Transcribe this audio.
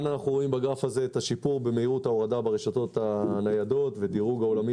אנחנו רואים אתה שיפור במהירות ההורדה ברשתות הניידות ואת הדירוג העולמי